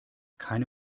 keine